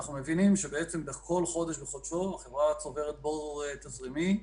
אנחנו מבינים שבעצם מדי חודש בחודשו החברה צוברת בור תזרימי,